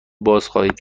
بازخواهید